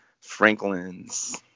Franklin's